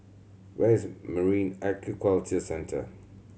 where is Marine Aquaculture Centre